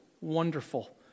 wonderful